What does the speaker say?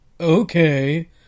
okay